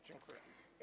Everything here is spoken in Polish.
Dziękuję.